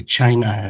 China